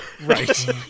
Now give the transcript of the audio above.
Right